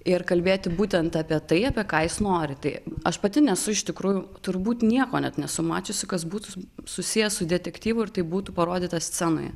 ir kalbėti būtent apie tai apie ką jis nori tai aš pati nesu iš tikrųjų turbūt nieko net nesu mačiusi kas būtų susiję su detektyvu ir tai būtų parodyta scenoje